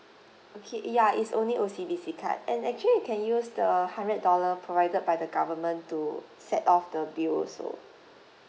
okay ya is only O_C_B_C card and actually you can use the hundred dollar provided by the government to set off the bills also